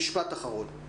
משפט אחרון.